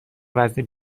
وزن